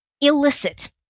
illicit